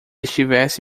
estivesse